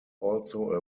also